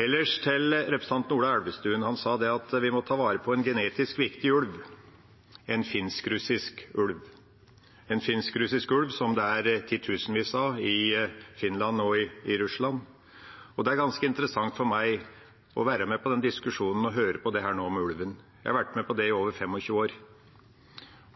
Ellers til representanten Ola Elvestuen: Han sa at vi må ta vare på en genetisk viktig ulv, en finsk-russisk ulv – en finsk-russisk ulv som det er titusenvis av i Finland og i Russland. Det er ganske interessant for meg å være med på den diskusjonen og høre dette om ulven nå. Jeg har vært med på det i over 25 år.